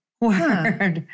word